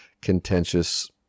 contentious